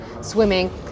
swimming